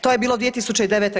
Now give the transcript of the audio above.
To je bilo 2009.